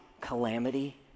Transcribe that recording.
calamity